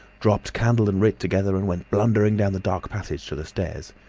dropped candle and writ together, and went blundering down the dark passage to the stairs.